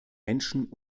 menschen